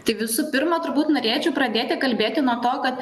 tai visų pirma turbūt norėčiau pradėti kalbėti nuo to kad